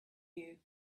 you